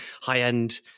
high-end